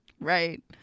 Right